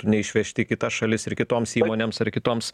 neišvežti į kitas šalis ir kitoms įmonėms kitoms